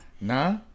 Nah